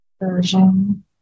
version